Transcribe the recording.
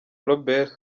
robert